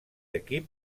equip